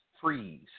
freeze